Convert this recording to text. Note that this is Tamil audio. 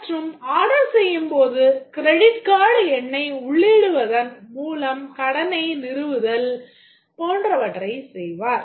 மற்றும் ஆர்டர் செய்யும்போது கிரெடிட் கார்டு எண்ணை உள்ளிடுவதன் மூலம் கடனை நிறுவுதல் போன்றவற்றைச் செய்வார்